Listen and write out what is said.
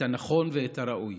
את הנכון ואת הראוי.